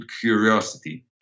curiosity